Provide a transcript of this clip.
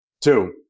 Two